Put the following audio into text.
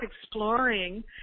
exploring